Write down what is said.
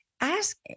ask